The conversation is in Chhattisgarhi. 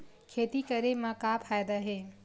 खेती करे म का फ़ायदा हे?